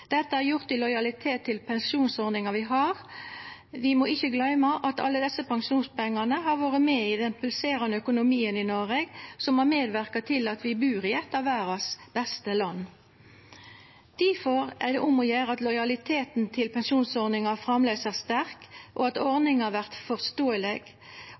Dette er gjort i lojalitet til pensjonsordninga vi har. Vi må ikkje gløyma at alle desse pensjonspengane har vore med i den pulserande økonomien i Noreg, som har medverka til at vi bur i eit av verdas beste land. Difor er det om å gjera at lojaliteten til pensjonsordninga framleis er sterk, og at